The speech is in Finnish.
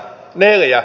neljä